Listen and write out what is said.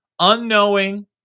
unknowing